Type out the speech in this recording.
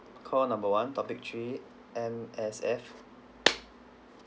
call number one topic three M_S_F